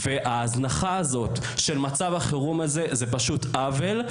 וההזנחה הזו של מצב החירום הזה היא פשוט עוול.